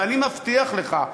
ואני מבטיח לך,